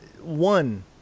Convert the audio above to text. one